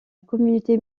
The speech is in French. communauté